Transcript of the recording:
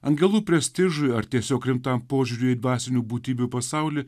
angelų prestižui ar tiesiog rimtam požiūriui į dvasinių būtybių pasaulį